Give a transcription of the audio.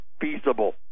feasible